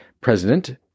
President